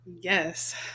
Yes